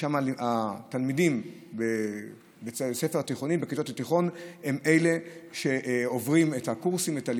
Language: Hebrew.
והתלמידים בבתי הספר התיכוניים עוברים קורסים.